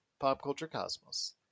PopCultureCosmos